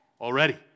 already